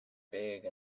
big